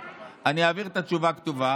למה, אבל?